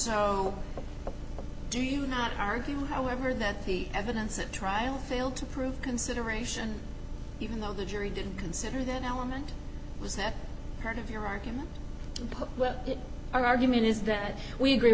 how do you not argue however that the evidence at trial failed to prove consideration even though the jury didn't consider that element was that part of your argument well our argument is that we agree